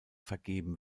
vergeben